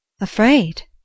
Afraid